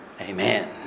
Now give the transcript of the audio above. amen